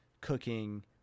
cooking